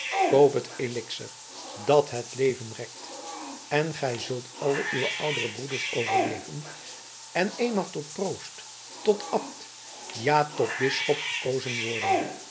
koop het elixir dat het leven rekt en gij zult alle uwe oudere broeders overleven en eenmaal tot proost tot abt ja tot bisschop verkozen worden